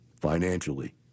financially